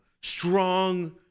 strong